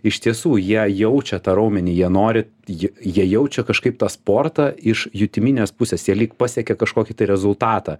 iš tiesų jie jaučia tą raumenį jie nori ji jie jaučia kažkaip tą sportą iš jutiminės pusės jie lyg pasiekia kažkokį tai rezultatą